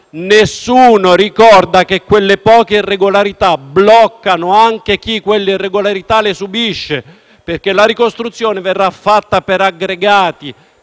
nessuno ricorda che quelle poche irregolarità bloccano anche chi quelle irregolarità le subisce. La ricostruzione, infatti, verrà fatta per aggregati: